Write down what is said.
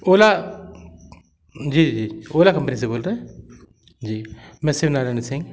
ओला जी जी ओला कम्पनी से बोल रहे जी मैं शिव नारायण सिंह